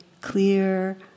clear